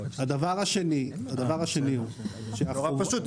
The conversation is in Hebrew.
הדבר השני הוא --- זה נורא פשוט,